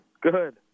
Good